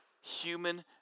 human